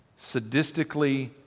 Sadistically